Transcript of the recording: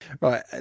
Right